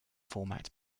format